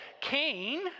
Cain